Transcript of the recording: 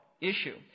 issue